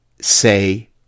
say